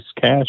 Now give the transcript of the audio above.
cash